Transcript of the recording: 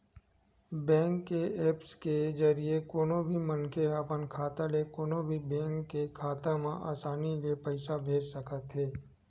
bank के apps के जरिए कोनो भी मनखे ह अपन खाता ले कोनो भी बेंक के खाता म असानी ले पइसा भेज सकत हे